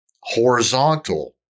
horizontal